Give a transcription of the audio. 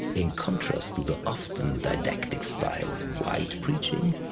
in contrast to the often didactic style of white preaching,